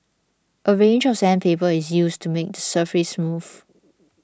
a range of sandpaper is used to make surface smooth